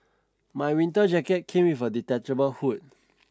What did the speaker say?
my winter jacket came with a detachable hood